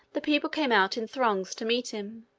the people came out in throngs to meet him,